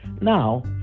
Now